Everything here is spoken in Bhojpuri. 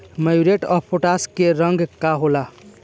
म्यूरेट ऑफ पोटाश के रंग का होला?